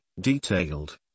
detailed